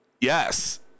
yes